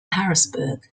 harrisburg